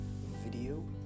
video